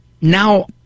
now